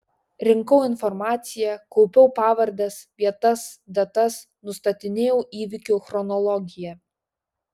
rinkau informaciją kaupiau pavardes vietas datas nustatinėjau įvykių chronologiją